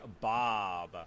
Bob